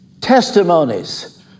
testimonies